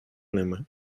ними